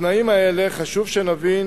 בתנאים האלה חשוב שנבין